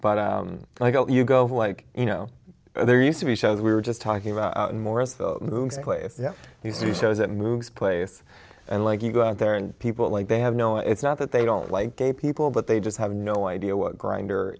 but i go you go like you know there used to be shows we were just talking about and more as the place he shows it moves place and like you go out there and people like they have no it's not that they don't like gay people but they just have no idea what grind